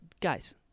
guys